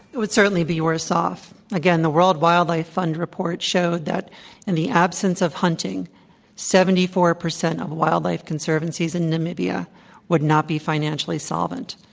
it would certainly be worse off. again, the world wildlife fund report showed that in and the absence of hunting seventy four percent of wildlife conservancies in namibia would not be financially solvent.